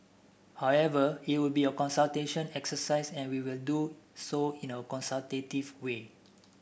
however it will be a consultation exercise and we will do so in a consultative way